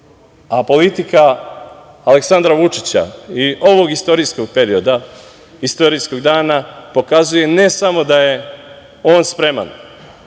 a politika Aleksandra Vučića i ovog istorijskog perioda, istorijskog dana, pokazuje ne samo da je on spreman